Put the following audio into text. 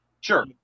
Sure